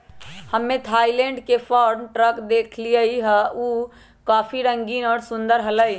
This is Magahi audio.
हम्मे थायलैंड के फार्म ट्रक देखली हल, ऊ काफी रंगीन और सुंदर हलय